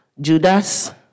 Judas